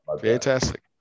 Fantastic